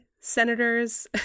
senators